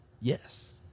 Yes